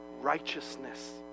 righteousness